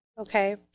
Okay